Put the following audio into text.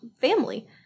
family